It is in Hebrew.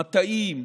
מטעים,